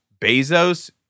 Bezos